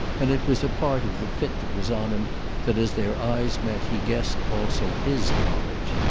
and it was a part of the fit that was on him that as their eyes met he guessed also his knowledge.